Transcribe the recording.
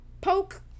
poke